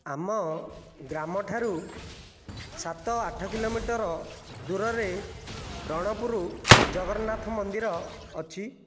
ଆମ ଗ୍ରାମଠାରୁ ସାତ ଆଠ କିଲୋମିଟର ଦୂରରେ ରଣପୁର ଜଗନ୍ନାଥ ମନ୍ଦିର ଅଛି